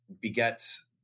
begets